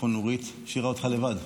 נעבור לנושא הבא על